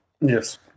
Yes